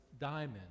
diamond